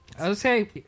Okay